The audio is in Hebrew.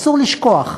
אסור לשכוח,